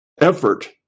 effort